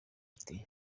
ati